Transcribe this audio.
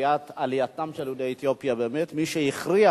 קביעת עלייתם של יהודי אתיופיה באמת מי שהכריע